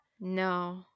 No